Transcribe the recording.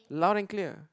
loud and clear